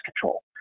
control